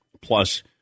plus